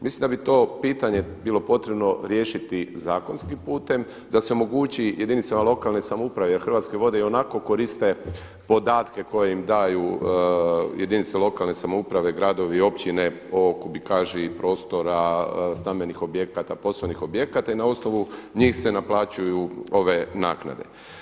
Mislim da bi to pitanje bilo potrebno riješiti zakonskim putem da se omogući jedinicama lokalne samouprave, jer Hrvatske vode ionako koriste podatke koje im daju jedinice lokalne samouprave, gradovi i općine, o kubikaži prostora, stambenih objekata, poslovnih objekata i na osnovu njih se naplaćuju ove naknade.